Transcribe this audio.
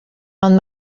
ond